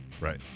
Right